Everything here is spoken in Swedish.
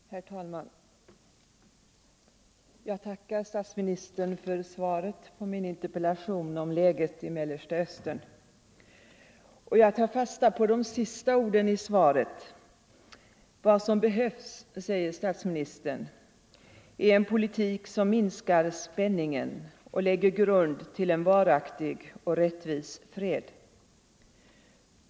Herr talman! Jag tackar statsministern för svaret på min interpellation om läget i Mellersta Östern. Jag tar fasta på de sista orden i svaret — vad som behövs, säger statsministern, är ”en politik som minskar spänningen och lägger grund till en varaktig och rättvis fred”.